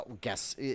guess